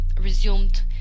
resumed